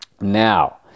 now